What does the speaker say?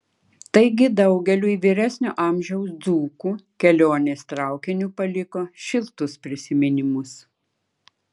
taigi daugeliui vyresnio amžiaus dzūkų kelionės traukiniu paliko šiltus prisiminimus